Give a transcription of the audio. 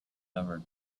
never